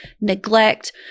neglect